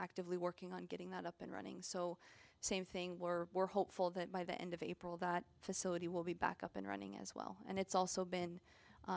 actively working on getting that up and running so same thing we're hopeful that by the end of april the facility will be back up and running as well and it's also been